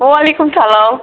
وعلیکُم السلام